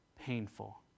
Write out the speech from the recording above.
painful